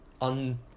un